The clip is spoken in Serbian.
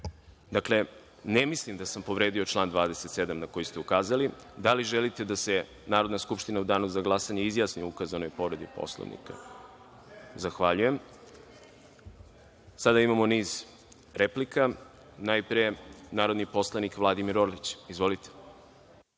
Dakle, ne mislim da sam povredio član 27. na koji ste ukazali. Da li želite da se Narodna skupština u danu za glasanje izjasni o ukazanoj povredi Poslovnika? (Ne.)Zahvaljujem. Sada imamo niz replika. Najpre reč ima narodni poslanik Vladimir Orlić. Izvolite.